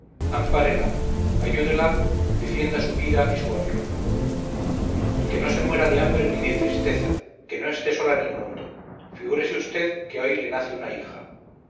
ampárela ayúdela defienda su vida y su honra qué no se muera de hambre ni de tristeza qué no esté sola en el mundo figúrese usted que hoy le nace una hija